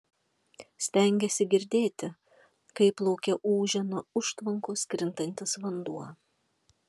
stengėsi girdėti kaip lauke ūžia nuo užtvankos krintantis vanduo